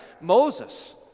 Moses